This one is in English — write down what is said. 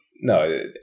No